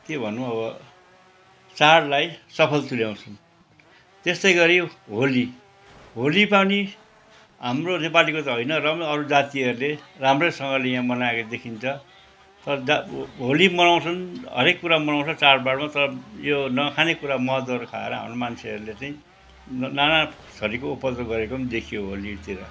के भनौँ अब चाढलाई सफल तुल्याउँछन् त्यस्तै गरी होली होलीमा पनि हाम्रो नेपालीको त होइन रम अरू जातिहरूले राम्रैसँगले यहाँ मनाएको देखिन्छ तर होली मनाउँछन् हरेक कुरा मनाउँछन् चाढबाढमा तर यो नखाने कुरा मदहरू खाएर हाम्रो मान्छेहरूले चाहिँ नाना थरिको उपद्रो पनि गरेको पनि देखियो होलीतिर